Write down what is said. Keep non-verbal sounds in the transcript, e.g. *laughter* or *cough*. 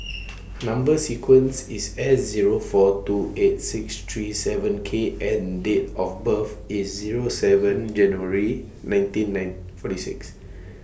*noise* Number sequence IS S Zero four two eight six three seven K and Date of birth IS Zero seven January nineteen nine forty six